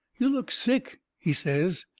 you look sick, he says.